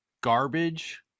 garbage